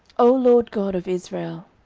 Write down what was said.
o lord god of israel,